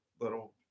little